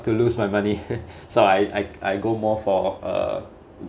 to lose my money !huh! so I I I go more for uh